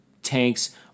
tanks